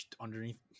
underneath